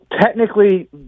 technically